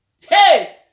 Hey